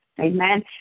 Amen